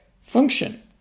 function